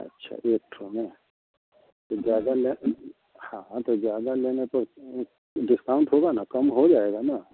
अच्छा एक ठो में तो ज़्यादा लेने हाँ हाँ तो ज़्यादा लेने पर डिस्काउंट होगा ना कम हो जाएगा ना